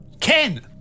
Ken